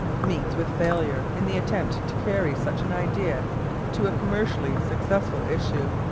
meets with failure in the attempt to carry such an idea to a commercially successful issue,